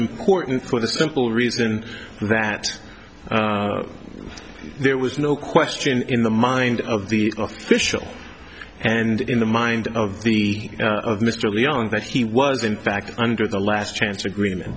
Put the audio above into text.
important for the simple reason that there was no question in the mind of the official and in the mind of the of mr leon that he was in fact under the last chance agreement